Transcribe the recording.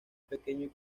pequeño